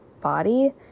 body